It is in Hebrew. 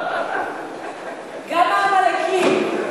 גם העמלקים.